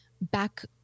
back